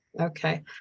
Okay